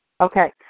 Okay